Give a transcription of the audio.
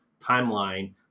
timeline